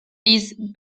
these